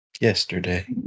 yesterday